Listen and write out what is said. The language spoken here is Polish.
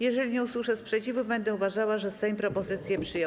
Jeżeli nie usłyszę sprzeciwu, będę uważała, że Sejm propozycję przyjął.